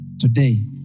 today